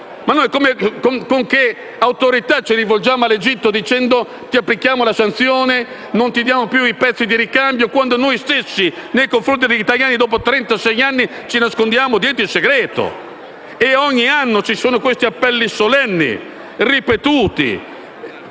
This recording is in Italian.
nazionale? Con quale autorità ci rivolgiamo all'Egitto dicendo che applichiamo la sanzione e non forniamo più i pezzi di ricambio quando noi stessi, nei confronti degli italiani, dopo trentasei anni ci nascondiamo dietro il segreto? Ogni anno ci sono questi appelli solenni, ripetuti: